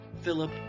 Philip